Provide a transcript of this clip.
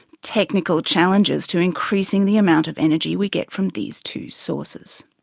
technical challenges to increasing the amount of energy we get from these two sources.